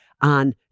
on